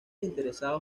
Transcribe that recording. interesados